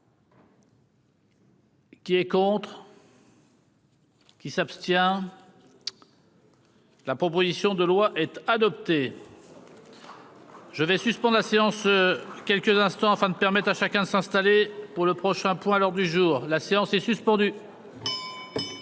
Qui est contre. Qui s'abstient. La proposition de loi être adopté. Je vais suspendre la séance. Quelques instants afin de permettre à chacun de s'installer pour le prochain point lors du jour, la séance est suspendue.